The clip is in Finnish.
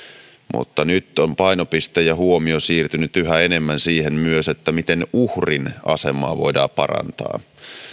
mutta nyt on painopiste ja huomio siirtynyt yhä enemmän myös siihen miten uhrin asemaa voidaan parantaa